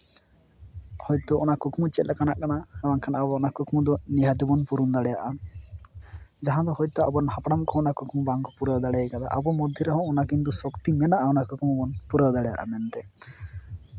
ᱦᱳᱭᱛᱳ ᱚᱱᱟ ᱠᱩᱠᱢᱩ ᱪᱮᱫ ᱞᱮᱠᱟᱱᱟᱜ ᱠᱟᱱᱟ ᱵᱟᱝᱠᱷᱟᱱ ᱟᱵᱚ ᱚᱱᱟ ᱠᱩᱠᱢᱩ ᱫᱚ ᱱᱤᱦᱟᱹᱛ ᱜᱮᱵᱚᱱ ᱯᱩᱨᱩᱱ ᱫᱟᱲᱭᱟᱜᱼᱟ ᱡᱟᱦᱟᱸ ᱫᱚ ᱦᱳᱭᱛᱳ ᱟᱵᱚ ᱨᱮᱱ ᱦᱟᱯᱲᱟᱢ ᱠᱚᱦᱚᱸ ᱚᱱᱟ ᱠᱩᱠᱢᱩ ᱵᱟᱝᱠᱚ ᱯᱩᱨᱟᱹᱣ ᱫᱟᱲᱮ ᱠᱟᱣᱫᱟ ᱟᱵᱚ ᱢᱚᱫᱽᱫᱷᱮ ᱨᱮᱦᱚᱸ ᱚᱱᱟ ᱠᱤᱱᱛᱩ ᱥᱚᱠᱛᱤ ᱢᱮᱣᱟᱜᱼᱟ ᱚᱱᱟ ᱠᱩᱠᱢᱩ ᱵᱚᱱ ᱯᱩᱨᱟᱹᱣ ᱫᱟᱲᱮ ᱭᱟᱜᱼᱟ ᱢᱮᱱᱛᱮ